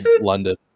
London